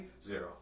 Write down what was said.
Zero